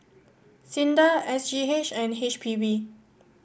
SINDA S G H and H P B